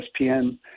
ESPN